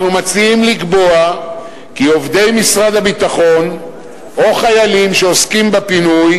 אנחנו מציעים לקבוע כי עובדי משרד הביטחון או חיילים שעוסקים בפינוי,